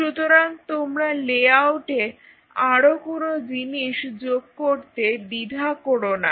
সুতরাং তোমরা লেআউটে আরো কোন জিনিস যোগ করতে দ্বিধা করো না